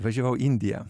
važiavau į indiją